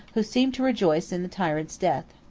who seemed to rejoice in the tyrant's death.